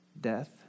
death